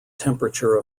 temperature